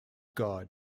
god